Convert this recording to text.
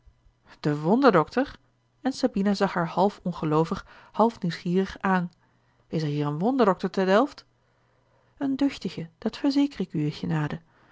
de wonderdokter en sabina zag haar half ongeloovig half nieuwsgierig aan is er hier een wonderdokter te delft een duchtige dat verzeker ik uwe